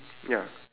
ya